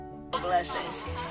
Blessings